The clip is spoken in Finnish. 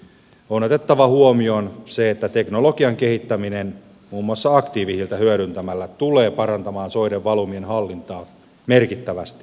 on otettava huomioon se että teknologian kehittäminen muun muassa aktiivihiiltä hyödyntämällä tulee parantamaan soiden valumien hallintaa merkittävästi